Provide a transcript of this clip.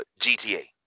GTA